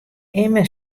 immen